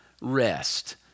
rest